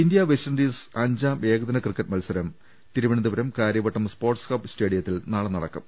India West Indies അഞ്ചാം ഏകദിന cricket മത്സരം തിരുവനന്തപുരം കാര്യവട്ടം സ്പോർട്സ് ഹബ് സ്റ്റേഡിയത്തിൽ നാളെ നടക്കും